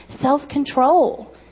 self-control